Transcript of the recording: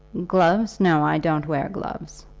gloves no. i don't wear gloves.